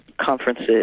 conferences